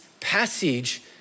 passage